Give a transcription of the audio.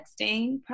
Texting